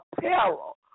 peril